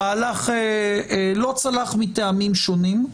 המהלך לא צלח מטעמים שונים,